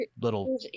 little